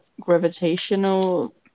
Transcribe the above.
gravitational